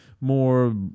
more